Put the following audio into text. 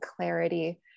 clarity